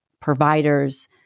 providers